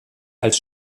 als